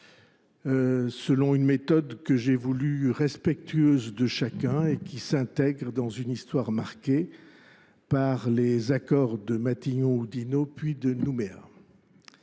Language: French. selon une méthode que j’ai voulue respectueuse de chacun et qui s’intègre dans une histoire marquée par les accords de Matignon Oudinot, puis de Nouméa.